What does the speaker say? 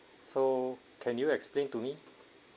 so can you explain to me